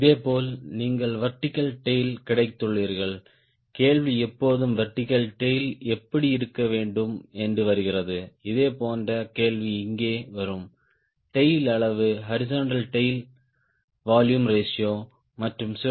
இதேபோல் நீங்கள் vertical tail கிடைத்துள்ளீர்கள் கேள்வி எப்போதும் வெர்டிகல் டேய்ல் எப்படி இருக்க வேண்டும் என்று வருகிறது இதே போன்ற கேள்வி இங்கே வரும் டேய்ல் அளவு ஹாரிஸ்ன்ட்டல் டேய்ல் வொலும் ரேஷியோ மற்றும் 0